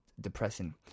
depressing